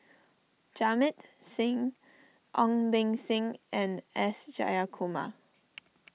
Jamit Singh Ong Beng Seng and S Jayakumar